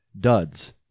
duds